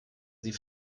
sie